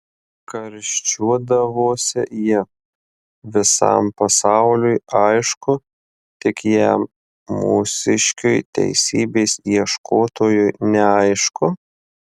karščiuodavosi ji visam pasauliui aišku tik jam mūsiškiui teisybės ieškotojui neaišku